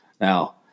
Now